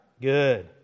Good